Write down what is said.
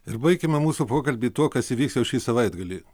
ir baikime mūsų pokalbį tuo kas įvyks jau šį savaitgalį